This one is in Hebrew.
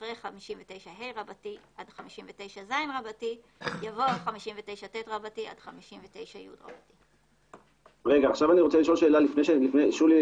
אחרי " 59ה עד 59ז" יבוא 59ט עד 59י". שולי,